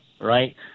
right